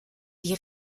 die